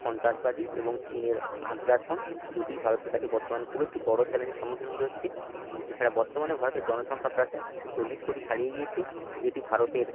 সন্ত্রাসবাদী এবং চীনের আগ্রাসন দুটি ভারতের কাছে বর্তমান খুব একটি বড়ো চ্যালেঞ্জের সম্মুখীন হতে হচ্ছে এছাড়া বর্তমানে ভারতের জনসংখ্যা প্রায় একশো চল্লিশ কোটি ছাড়িয়ে গিয়েছে যেটি ভারতের